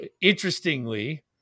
interestingly